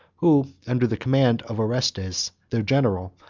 who, under the command of orestes, their general,